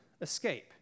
escape